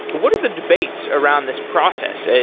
what are the debates around this process?